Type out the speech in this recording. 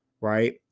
right